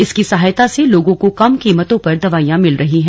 इसकी सहायता से लोगों को कम कीमतों पर दवाईया मिल रही हैं